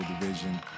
division